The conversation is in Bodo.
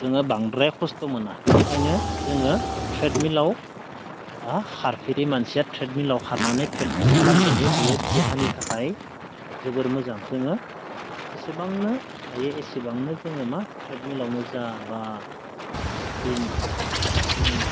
जोङो बांद्राय खस्थ' मोना बिनिखायनो जोङो ट्रेडमिलाव खारफेरि मानसिया ट्रेडमिलाव खारनानै प्रेक्टिस खालामजायो बेयो देहानि थाखाय जोबोर मोजां जोङो जेसेबांनो हायो एसेबांनो जोङो मा ट्रेडमिलावनो जा बा स्प्रिन्ट स्प्रिन्ट